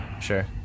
sure